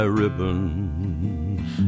ribbons